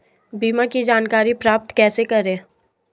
बीमा की जानकारी प्राप्त कैसे करें?